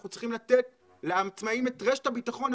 אנחנו צריכים לתת לעצמאים את רשת הביטחון,